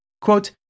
quote